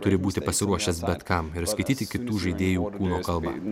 turi būti pasiruošęs bet kam ir skaityti kitų žaidėjų kūno kalbą